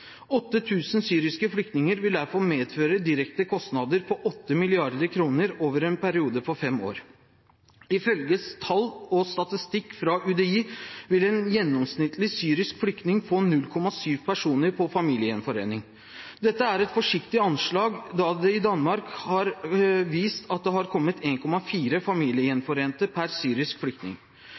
syriske flyktninger vil derfor medføre direkte kostnader på 8 mrd. kr over en periode på fem år. Ifølge tall og statistikk fra UDI vil en gjennomsnittlig syrisk flyktning få 0,7 personer til familieforening. Dette er et forsiktig anslag, da det i Danmark